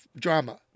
drama